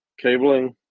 cabling